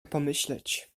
pomyśleć